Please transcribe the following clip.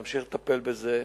נמשיך לטפל בזה.